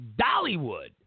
Dollywood